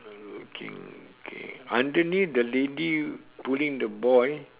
okay okay underneath the lady pulling the boy